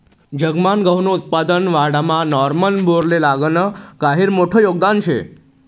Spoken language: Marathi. जगमान गहूनं उत्पादन वाढावामा नॉर्मन बोरलॉगनं गहिरं मोठं योगदान शे